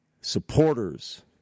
supporters